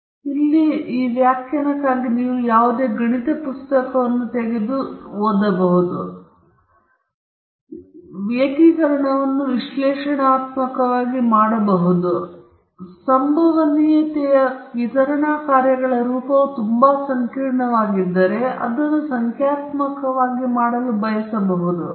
ಆದ್ದರಿಂದ ನೀವು ಅದನ್ನು ಮಾಡುವಾಗ x ನ ಫಂಕ್ಷನ್ ಫಂಕ್ಷನ್ ನಿಮಗೆ ತಿಳಿದಿದ್ದರೆ ನೀವು ನಿರ್ದಿಷ್ಟ ಮೌಲ್ಯವನ್ನು ಪಡೆಯುತ್ತೀರಿ ನೀವು ಈ ಏಕೀಕರಣವನ್ನು ವಿಶ್ಲೇಷಣಾತ್ಮಕವಾಗಿ ಮಾಡಬಹುದು ಅಥವಾ ಸಂಭವನೀಯತೆಯ ವಿತರಣಾ ಕಾರ್ಯಗಳ ರೂಪವು ತುಂಬಾ ಸಂಕೀರ್ಣವಾಗಿದ್ದರೆ ನೀವು ಅದನ್ನು ಸಂಖ್ಯಾತ್ಮಕವಾಗಿ ಮಾಡಲು ಬಯಸಬಹುದು